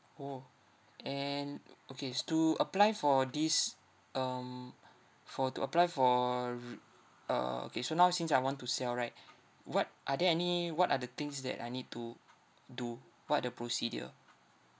orh and oo okay s~ to apply for this um for to apply for r~ uh okay so now since I want to sell right what are there any what are the things that I need to do what are the procedure